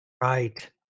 right